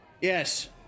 yes